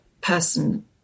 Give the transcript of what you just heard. person